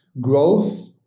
growth